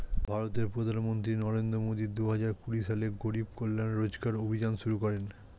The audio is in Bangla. ভারতের প্রধানমন্ত্রী নরেন্দ্র মোদি দুহাজার কুড়ি সালে গরিব কল্যাণ রোজগার অভিযান শুরু করেন